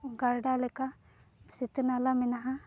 ᱜᱟᱰᱟ ᱞᱮᱠᱟ ᱥᱤᱛᱟᱹ ᱱᱟᱞᱟ ᱢᱮᱱᱟᱜᱼᱟ